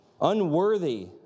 unworthy